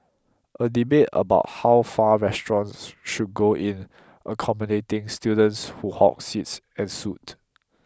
a debate about how far restaurants should go in accommodating students who hog seats ensued